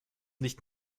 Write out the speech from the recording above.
nicht